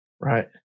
Right